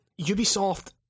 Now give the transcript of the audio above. Ubisoft